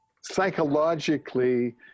Psychologically